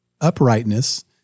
uprightness